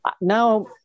Now